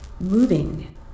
moving